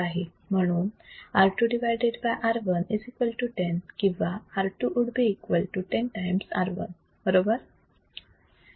म्हणून R2 R 1 10 किंवा R2 would be equal to 10 times R1 बरोबर